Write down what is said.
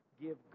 give